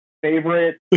favorite